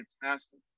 fantastic